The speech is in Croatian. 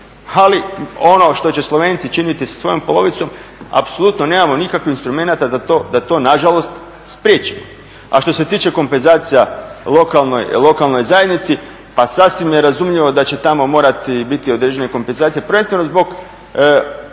Ali ono što će Slovenci činiti sa svojom polovicom, apsolutno nemamo nikakvih instrumenata da to nažalost spriječimo. A što se tiče kompenzacija lokalnoj zajednici pa sasvim je razumljivo da će tamo morati biti određene kompenzacije prvenstveno zbog